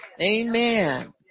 Amen